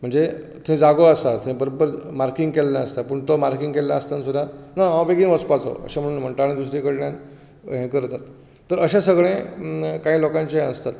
म्हणजे थंय जागो आसता थंय बरोबर मार्कींग केल्लें आसता पूण तो मार्कींग केल्लें आसतना सुद्दां नां हांव बेगीन वचपाचो अशें म्हणून म्हणटां आनी दुसरे कडल्यान हें करतात तर अशे सगळें कांय लोकांचे हें आसतां